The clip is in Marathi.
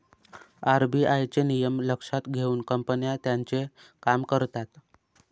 आर.बी.आय चे नियम लक्षात घेऊन कंपन्या त्यांचे काम करतात